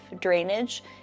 drainage